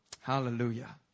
Hallelujah